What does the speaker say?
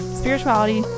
spirituality